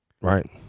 right